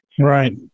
right